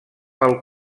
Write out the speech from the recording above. pel